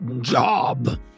Job